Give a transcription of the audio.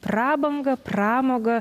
prabanga pramoga